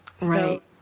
Right